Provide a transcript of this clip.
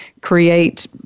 create